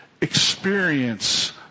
experience